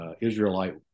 Israelite